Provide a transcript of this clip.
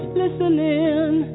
listening